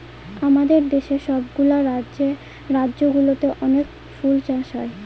আমাদের দেশের সব গুলা রাজ্য গুলোতে অনেক ফুল চাষ হয়